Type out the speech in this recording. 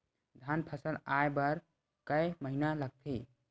धान फसल आय बर कय महिना लगथे?